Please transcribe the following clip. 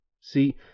See